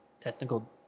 technical